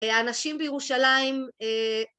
האנשים בירושלים